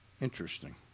Interesting